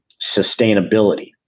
sustainability